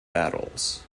battles